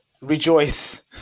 rejoice